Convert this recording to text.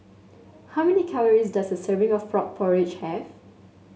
how many calories does a serving of Frog Porridge have